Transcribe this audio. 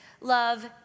love